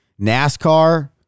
NASCAR